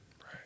Right